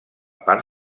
part